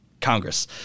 Congress